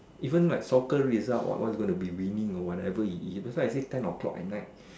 even if like soccer result what's going to be winning and all that's why I say ten O-clock at night